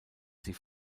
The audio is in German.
sie